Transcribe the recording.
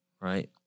Right